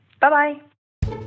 Bye-bye